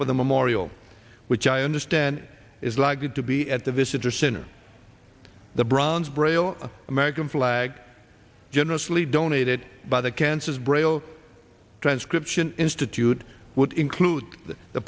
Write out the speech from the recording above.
for the memorial which i understand is likely to be at the visitor center the bronze braille american flag generously donated by the kansas braille transcription institute would include the